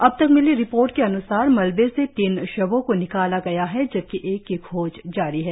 अबतक मिली रिपोर्ट के अन्सार मलबे से तीन शवों को निकाला गया है जबकि एक की खोज जारी है